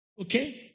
Okay